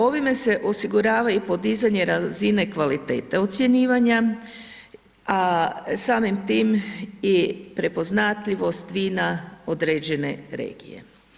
Ovime se osigurava i podizanje razine kvalitete ocjenjivanja a samim tim i prepoznatljivost vina određene regije.